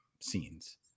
scenes